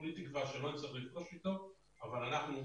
כולי תקווה שלא נצטרך לפגוש אותו אבל אנחנו,